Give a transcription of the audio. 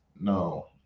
no